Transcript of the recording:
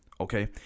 Okay